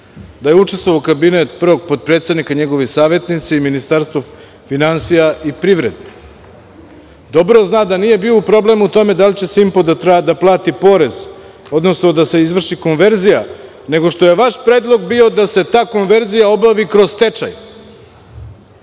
da je učestvovao kabinet prvog potpredsednika, njegovi savetnici i Ministarstvo finansija i privrede. Dobro zna da nije bio problem u tome da li „Simpo“ treba da plati porez, odnosno da se izvrši konverzija, nego što je vaš predlog bio da se ta konverzija obavi kroz stečaj.